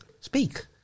speak